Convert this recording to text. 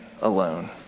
alone